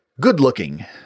good-looking